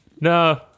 No